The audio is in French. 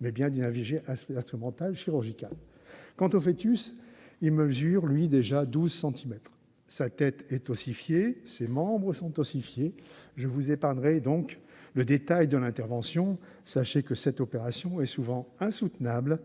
mais bien d'une IVG instrumentale chirurgicale. Quant au foetus, il mesure déjà douze centimètres, sa tête et ses membres sont ossifiés. Je vous épargnerai donc le détail de l'intervention. Sachez que cette opération est souvent insoutenable